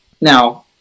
Now